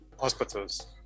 hospitals